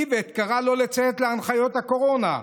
איווט, קרא לא לציית להנחיות הקורונה,